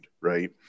right